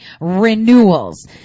renewals